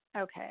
Okay